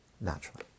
naturally